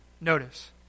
notice